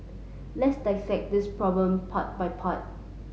let's dissect this problem part by part